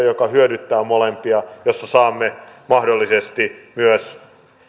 joka hyödyttää molempia jossa saamme mahdollisesti myös